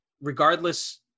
Regardless